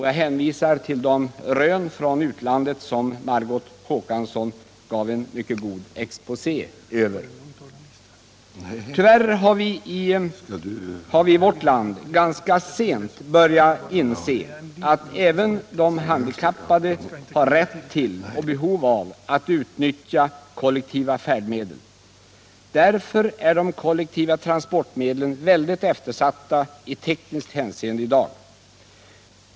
Jag hänvisar till de rön från utlandet som Margot Håkansson gjorde en mycket god exposé över. Tyvärr har vi i vårt land ganska sent börjat inse att även de handikappade har rätt till och behov av att utnyttja kollektiva färdmedel. Därför är de kollektiva transportmedlen i dag väldigt eftersatta i tekniskt hänseende.